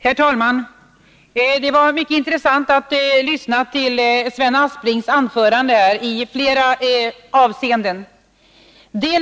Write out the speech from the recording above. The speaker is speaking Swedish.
Herr talman! I flera avseenden var det mycket intressant att lyssna till Sven Asplings anförande. Det